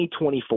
2024